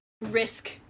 risk